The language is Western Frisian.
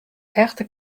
echte